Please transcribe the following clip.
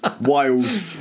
Wild